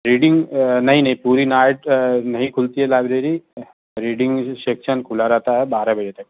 reading نہیں نہیں پوری نائٹ نہیں کھلتی ہے لائبریری ریڈنگ سیکشن کھلا رہتا ہے بارہ بجے تک